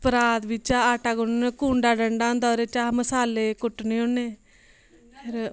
परात बिच्च आटा गुन्नने होन्नें कूंडा डंडा होंदा ओह्दे च अस मसाले कुट्टने होन्ने फिर